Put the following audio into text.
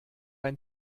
ein